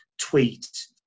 tweet